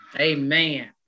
Amen